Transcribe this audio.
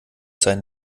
sein